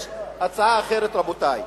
יש הצעה אחרת, רבותי.